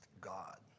God